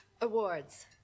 Awards